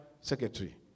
secretary